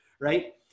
right